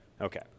Okay